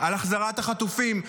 על החזרת החטופים.